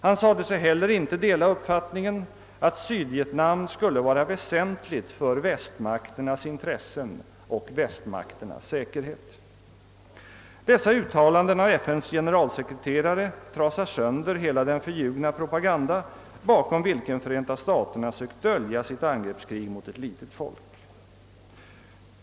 Han sade sig heller inte dela uppfattningen att Sydvietnam skulle vara väsentligt för västmakternas intressen och säkerhet. Dessa uttalanden av FN:s generalsek reterare trasar sönder hela den förljugna propaganda bakom vilken Förenta staterna sökt dölja sitt angreppskrig mot ett litet folk.